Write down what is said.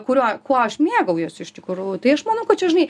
kuriuo kuo aš mėgaujuosi iš tikrųjų tai aš manau kad čia žinai